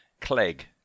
Clegg